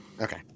Okay